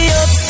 up